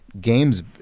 games